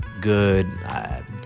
good